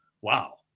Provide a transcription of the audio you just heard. Wow